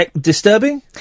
disturbing